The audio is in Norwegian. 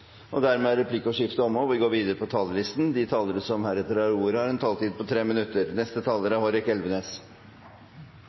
Dermed er replikkordskiftet omme. De talere som heretter får ordet, har en taletid på inntil 3 minutter.